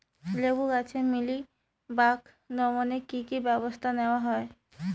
লেবু গাছে মিলিবাগ দমনে কী কী ব্যবস্থা নেওয়া হয়?